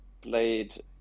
played